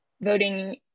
voting